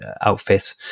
outfit